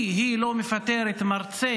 כי היא לא מפטרת מרצה